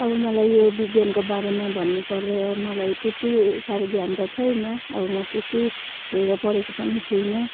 अब मलाई यो विज्ञानको बारेमा भन्नु पर्दा मलाई त्यति साह्रो ज्ञान त छैन अब म त्यति धेरै पढेको पनि छुइनँ